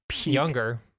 younger